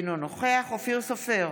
אינו נוכח אופיר סופר,